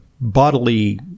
bodily